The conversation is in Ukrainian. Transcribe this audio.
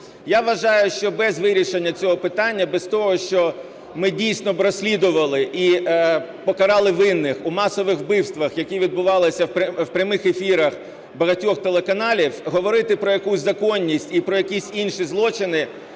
Я вважаю, що без вирішення цього питання, без того, щоб дійсно розслідувати і покарали винних у масових вбивствах, які відбувалися в прямих ефірах багатьох телеканалів, говорити про якусь законність і про якісь інші злочини,